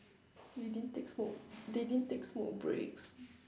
they didn't take smoke they didn't take smoke breaks